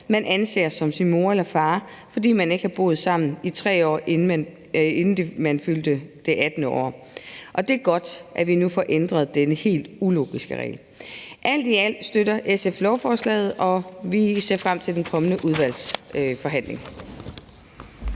man anser som sin mor eller far, fordi man ikke har boet sammen i 3 år, inden man fyldte det 18. år. Og det er godt, at vi nu får ændret denne helt ulogiske regel. Alt i alt støtter SF lovforslaget, og vi ser frem til den kommende udvalgsbehandling.